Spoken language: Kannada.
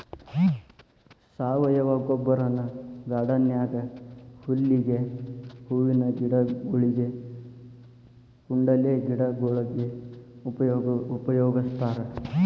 ಸಾವಯವ ಗೊಬ್ಬರನ ಗಾರ್ಡನ್ ನ್ಯಾಗ ಹುಲ್ಲಿಗೆ, ಹೂವಿನ ಗಿಡಗೊಳಿಗೆ, ಕುಂಡಲೆ ಗಿಡಗೊಳಿಗೆ ಉಪಯೋಗಸ್ತಾರ